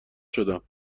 شدم